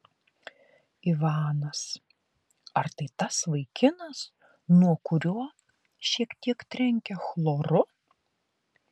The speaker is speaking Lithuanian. ivanas ar tai tas vaikinas nuo kurio šiek tiek trenkia chloru